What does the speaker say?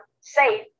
safe